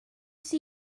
see